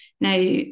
Now